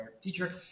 teacher